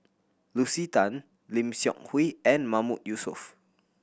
Lucy Tan Lim Seok Hui and Mahmood Yusof